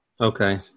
Okay